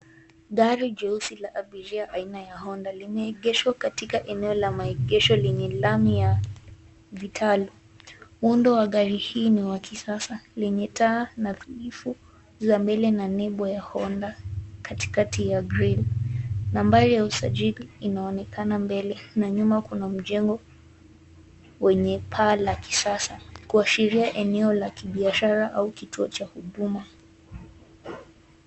Gari jeusi la abiria aina ya Honda limeegeshwa katika eneo la maegesho lenye lami ya vitalu. Muundo wa gari hii ni wa kisasa lenye taa nadhifu za mbele na nembo ya Honda katikati ya grill . Nambari ya usajili inaonekana mbele, na nyuma kuna mjengo wenye paa la kisasa kuashiria eneo la kibiashara au kituo cha huduma.